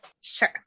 Sure